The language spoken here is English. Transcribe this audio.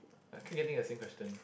I keep getting the same question